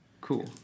Cool